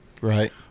Right